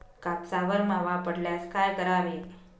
कापसावर मावा पडल्यास काय करावे?